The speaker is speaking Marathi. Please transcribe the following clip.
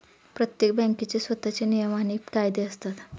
प्रत्येक बँकेचे स्वतःचे नियम आणि कायदे असतात